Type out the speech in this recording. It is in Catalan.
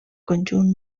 conjunt